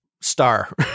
star